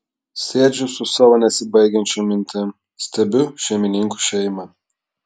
sėdžiu su savo nesibaigiančiom mintim stebiu šeimininkų šeimą